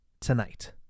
tonight